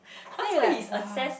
then we like !wah!